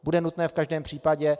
Bude nutné v každém případě.